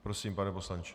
Prosím, pane poslanče.